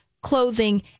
clothing